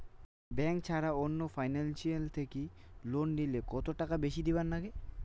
Bank ছাড়া অন্য financial থাকি লোন নিলে কতটাকা বেশি দিবার নাগে?